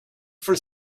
for